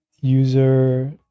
user